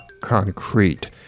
concrete